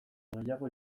gehiago